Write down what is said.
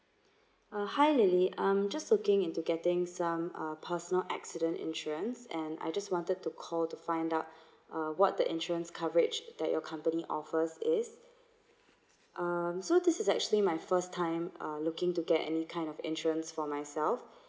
uh hi lily I'm just looking into getting some uh personal accident insurance and I just wanted to call to find out uh what the insurance coverage that your company offers is um so this is actually my first time uh looking to get any kind of insurance for myself